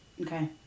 Okay